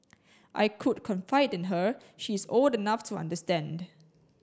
I could confide in her she is old enough to understand